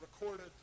recorded